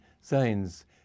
signs